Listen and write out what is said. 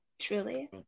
Truly